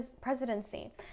presidency